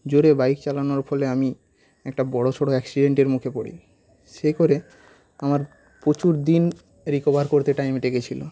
জোরে বাইক চালানোর ফলে আমি একটা বড়ো সড়ো অ্যাক্সিডেন্টের মুখে পরি সে করে আমার প্রচুর দিন রিকভার করতে টাইম লেগেছিলো